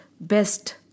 best